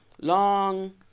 long